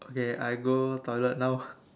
okay I go toilet now